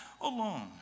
alone